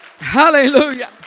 hallelujah